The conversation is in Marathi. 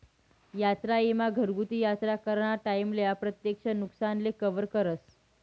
यात्रा ईमा घरगुती यात्रा कराना टाईमले अप्रत्यक्ष नुकसानले कवर करस